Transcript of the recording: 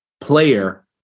player